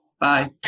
Bye